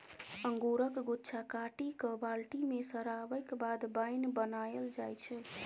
अंगुरक गुच्छा काटि कए बाल्टी मे सराबैक बाद बाइन बनाएल जाइ छै